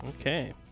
Okay